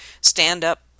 stand-up